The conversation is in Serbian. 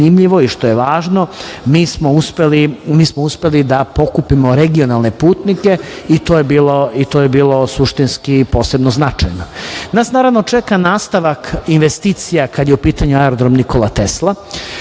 i što je važno, mi smo uspeli da pokupimo regionalne putnike i to je bilo suštinski posebno značajno. Nas, naravno, čeka nastavak investicija kada je u pitanju aerodrom "Nikola